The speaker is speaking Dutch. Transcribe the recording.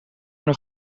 nog